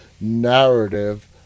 narrative